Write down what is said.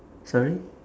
sorry